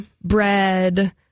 bread